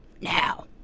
now